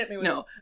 no